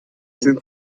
sind